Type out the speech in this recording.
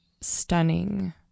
stunning